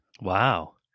Wow